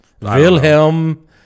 Wilhelm